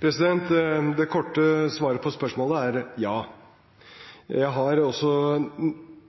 Det korte svaret på spørsmålet er ja. Jeg har også